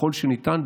ככל שניתן,